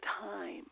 time